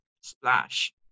splash